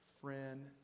Friend